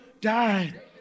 died